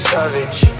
Savage